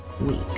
week